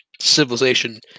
civilization